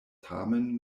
tamen